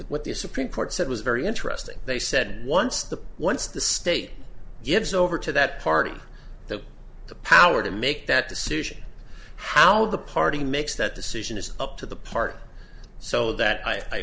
what the supreme court said was very interesting they said once the once the state gives over to that party that the power to make that decision how the party makes that decision is up to the part so that i